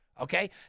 okay